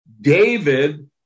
David